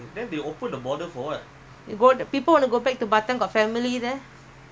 no vacation I don't think so